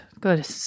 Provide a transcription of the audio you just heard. Good